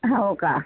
हो का